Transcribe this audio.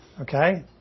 Okay